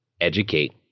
educate